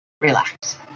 Relax